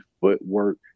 footwork